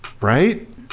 right